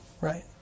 Right